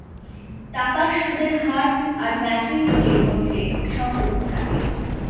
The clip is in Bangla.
টাকার সুদের হার আর ম্যাচুরিটির মধ্যে সম্পর্ক থাকে